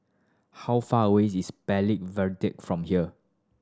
how far away is from here